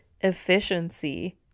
efficiency